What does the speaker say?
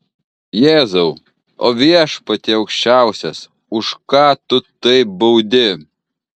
jėzau o viešpatie aukščiausias už ką tu taip baudi